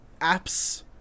apps